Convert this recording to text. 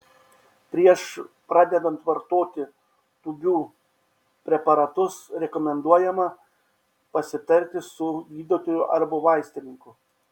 prieš pradedant vartoti tūbių preparatus rekomenduojama pasitarti su gydytoju arba vaistininku